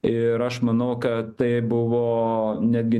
ir aš manau kad tai buvo netgi